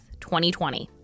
2020